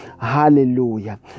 Hallelujah